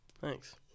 Thanks